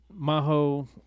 maho